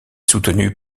soutenu